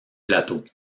plateau